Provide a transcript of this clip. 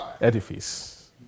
edifice